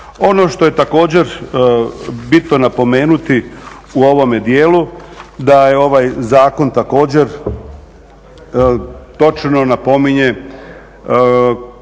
Ono što je također bitno napomenuti u ovome dijelu, da ovaj zakon također točno napominje